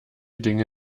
dinge